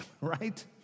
right